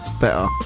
Better